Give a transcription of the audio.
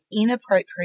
inappropriate